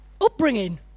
Upbringing